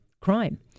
crime